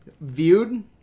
viewed